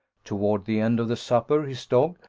toward the end of the supper, his dog,